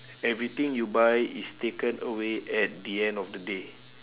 everything you buy is taken away at the end of the day